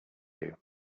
you